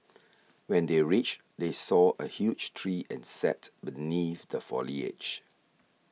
when they reached they saw a huge tree and sat beneath the foliage